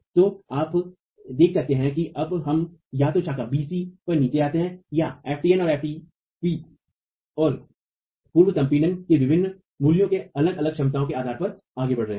तो आप देख सकते हैं कि अब हम या तो शाखा b c पर नीचे आते हैं या f tn और ftp और पूर्व संपीडन के विभिन्न मूल्यों में अलग अलग क्षमताओं के आधार पर आगे बढ़ते रहते हैं